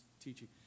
teaching